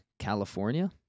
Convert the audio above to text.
California